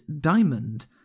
diamond